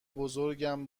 بزرگم